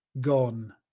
gone